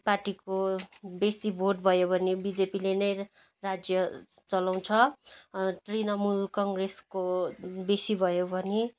पार्टीको बेसी भोट भयो भने बिजेपीले नै राज्य चलाउँछ तृणमुल काङ्ग्रेसको बेसी भयो भने